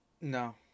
no